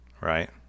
right